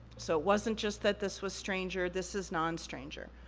so, it wasn't just that this was stranger, this is non-stranger.